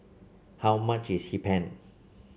how much is Hee Pan